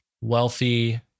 wealthy